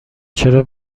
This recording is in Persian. چرا